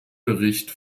bericht